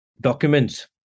Documents